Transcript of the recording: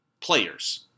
players